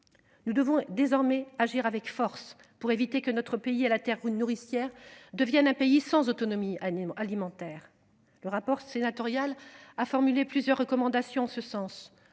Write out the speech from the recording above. Nous devons désormais agir avec force pour éviter que notre pays à la terre nourricière devienne un pays sans autonomie anime alimentaire le rapport sénatorial a formulé plusieurs recommandations en ce sens